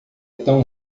tão